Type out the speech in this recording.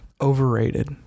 overrated